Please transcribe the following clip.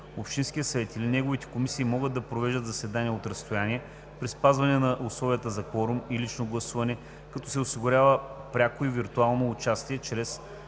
общинският съвет или неговите комисии могат да провеждат заседания от разстояние при спазване на условията за кворум и лично гласуване, като се осигурява пряко и виртуално участие чрез